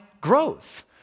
growth